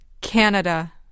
Canada